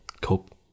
cope